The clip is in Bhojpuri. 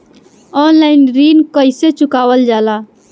ऑनलाइन ऋण कईसे चुकावल जाला?